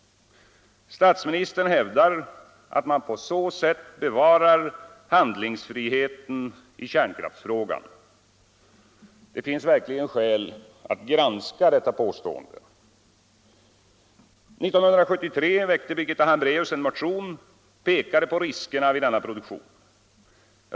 Statsministern hävdar att man på så sätt bevarar handlingsfriheten i kärnkraftsfrågan. Det finns verkligen skäl att granska detta påstående. År 1973 väckte Birgitta Hambraeus en motion och pekade på riskerna vid denna produktion.